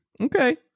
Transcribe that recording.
Okay